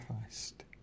Christ